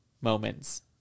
moments